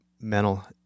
mental